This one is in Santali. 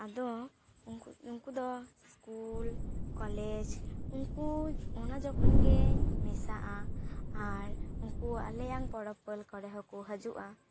ᱟᱫᱚ ᱩᱱᱠᱩ ᱫᱚ ᱥᱠᱩᱞ ᱠᱚᱞᱮᱡᱽ ᱩᱱᱠᱩ ᱚᱱᱟ ᱡᱚᱠᱷᱚᱱ ᱜᱮᱧ ᱢᱮᱥᱟᱜᱼᱟ ᱟᱨ ᱩᱱᱠᱩ ᱟᱞᱮᱭᱟᱜ ᱯᱚᱨᱚᱵᱽ ᱯᱟᱹᱞ ᱠᱚᱨᱮ ᱦᱚᱠᱚ ᱦᱤᱡᱩᱜᱼᱟ